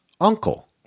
uncle